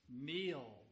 meal